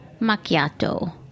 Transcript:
macchiato